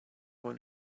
one